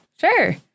Sure